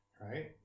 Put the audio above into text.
right